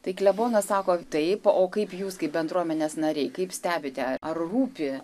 tai klebonas sako taip o kaip jūs kaip bendruomenės nariai kaip stebite ar rūpi